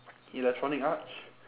electronic arts